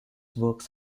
works